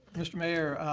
mr. mayor,